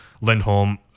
Lindholm